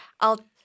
I'll-